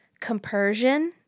compersion